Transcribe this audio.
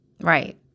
Right